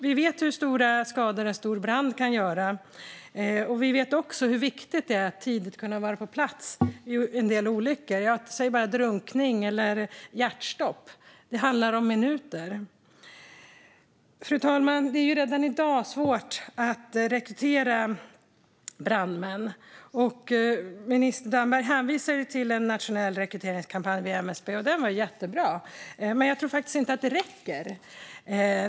Vi vet hur stora skador en stor brand kan orsaka, och vi vet också hur viktigt det är att tidigt kunna vara på plats vid en del olyckor. Jag säger bara drunkning eller hjärtstopp - det handlar om minuter. Fru talman! Det är redan i dag svårt att rekrytera brandmän. Minister Damberg hänvisar till en nationell rekryteringskampanj vid MSB, och den var jättebra. Men jag tror faktiskt inte att det räcker.